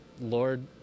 Lord